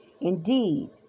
Indeed